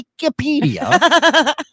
Wikipedia